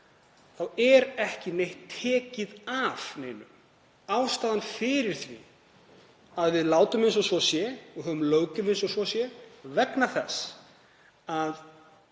þá er ekkert tekið af neinu. Ástæðan fyrir því að við látum eins og svo sé, og höfum löggjöf eins og svo sé, er að